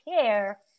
care